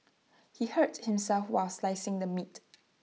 he hurt himself while slicing the meat